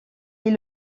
est